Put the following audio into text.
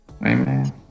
amen